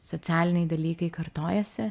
socialiniai dalykai kartojasi